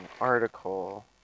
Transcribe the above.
article